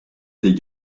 tes